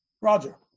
Roger